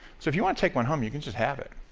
so if you want to take one home you can just have it.